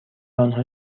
آنها